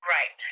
Right